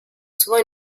souvent